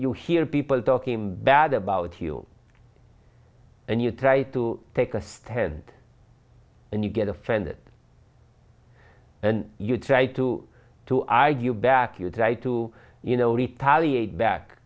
hear people talking bad about you and you try to take a stand and you get offended and you try to to argue back you try to you know